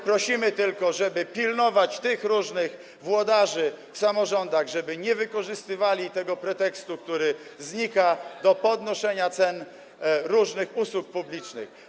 Prosimy tylko, żeby pilnować tych różnych włodarzy w samorządach, żeby nie wykorzystywali tego pretekstu, który znika, do podnoszenia cen różnych usług publicznych.